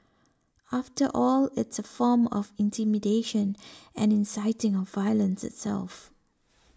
after all it's a form of intimidation and inciting of violence itself